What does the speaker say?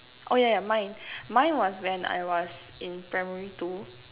oh yeah yeah mine mine was when I was in primary two